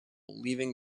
leaving